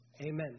Amen